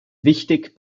wichtig